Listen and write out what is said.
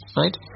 right